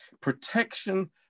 Protection